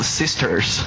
sisters